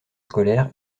scolaire